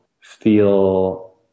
feel